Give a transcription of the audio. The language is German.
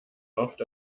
oft